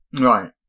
Right